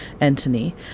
Anthony